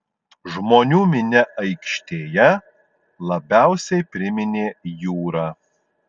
žmonių minia aikštėje labiausiai priminė jūrą